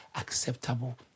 acceptable